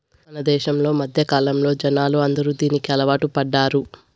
మన దేశంలో మధ్యకాలంలో జనాలు అందరూ దీనికి అలవాటు పడ్డారు